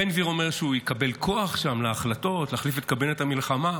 בן גביר אומר שהוא יקבל כוח שם בהחלטות להחליף את קבינט המלחמה.